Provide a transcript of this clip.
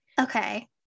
Okay